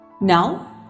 Now